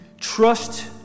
trust